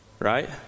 Right